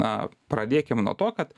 na pradėkim nuo to kad